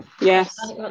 yes